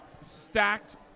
stacked